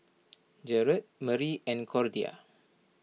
Jared Marie and Cordia